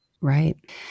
Right